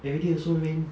every day also rain